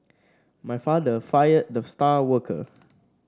my father fired the star worker